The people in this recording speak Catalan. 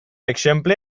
exemple